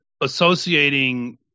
associating